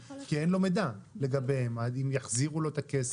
כי אין לו מידע לגביהם אם הם יחזירו לו את הכסף,